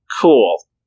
cool